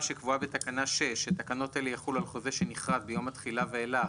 קובעת שהתקנות יחולו רק על חוזה שנכרת ביום התחילה ואילך,